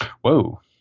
Whoa